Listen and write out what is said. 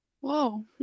whoa